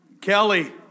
Kelly